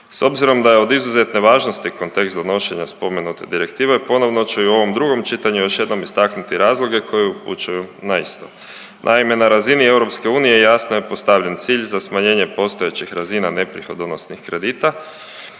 S obzirom da je od izuzetne važnosti kontekst donošenja spomenute direktive ponovno će i u ovom drugom čitanju još jednom istaknuti razloge koji upućuju na isto. Naime, na razini EU jasno je postavljen cilj za smanjenje postojećih razina neprihodonosnih kredita,